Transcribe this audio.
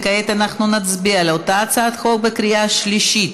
כעת אנחנו נצביע על אותה הצעת חוק בקריאה שלישית.